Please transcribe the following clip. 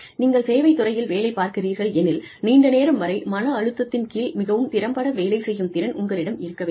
நீங்கள் சேவைத் துறையில் வேலை பார்க்கிறீர்கள் எனில் நீண்ட நேரம் வரை மன அழுத்தத்தின் கீழ் மிகவும் திறம்பட வேலை செய்யும் திறன் உங்களிடம் இருக்க வேண்டும்